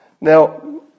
Now